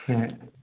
হ্যাঁ